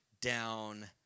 down